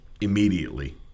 immediately